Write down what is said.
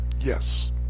Yes